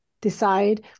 decide